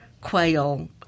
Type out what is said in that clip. quail